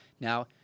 now